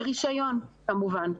ברישיון כמובן.